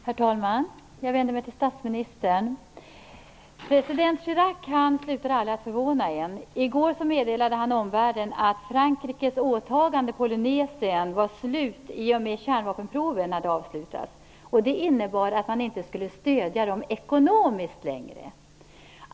Herr talman! Jag vänder mig till statsministern. President Chirac slutar aldrig att förvåna. I går meddelade han omvärlden att Frankrikes åtagande i Polynesien var slut i och med att kärnvapenproven hade avslutats. Det innebar att han inte längre skulle lämna Polynesien ekonomiskt stöd.